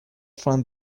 fun